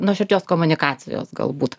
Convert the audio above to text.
nuoširdžios komunikacijos galbūt